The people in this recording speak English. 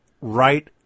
right